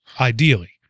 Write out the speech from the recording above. ideally